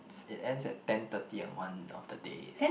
it ends at ten thirty at one of the days